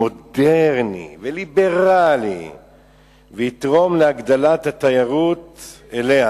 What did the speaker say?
מודרני וליברלי ויתרום להגדלת התיירות אליה.